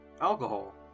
alcohol